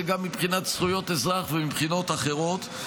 גם מבחינת זכויות אזרח ומבחינות אחרות.